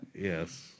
yes